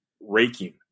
raking